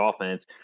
offense